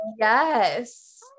Yes